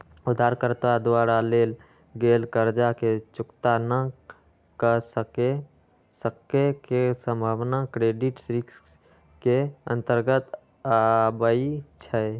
उधारकर्ता द्वारा लेल गेल कर्जा के चुक्ता न क सक्के के संभावना क्रेडिट रिस्क के अंतर्गत आबइ छै